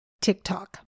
TikTok